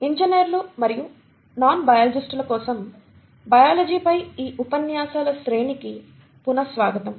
ఇంజనీర్లు మరియు నాన్ బయాలజిస్టుల కోసం బయాలజీ పై ఈ ఉపన్యాసాల శ్రేణికి పునః స్వాగతం